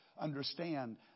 understand